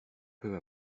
peu